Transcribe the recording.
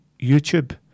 YouTube